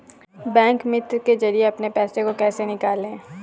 Bank मित्र के जरिए अपने पैसे को कैसे निकालें?